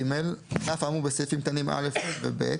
(ג) על אף האמור בסעיפים קטנים (א) ו-(ב),